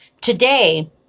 today